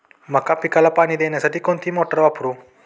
मका पिकाला पाणी देण्यासाठी कोणती मोटार वापरू?